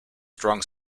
strong